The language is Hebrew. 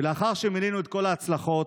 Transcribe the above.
ולאחר שמנינו את כל ההצלחות,